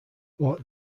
what